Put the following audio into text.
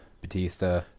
Batista